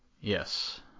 Yes